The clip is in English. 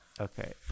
Okay